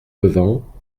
levant